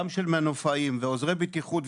גם של מנופאים ועוזרי בטיחות,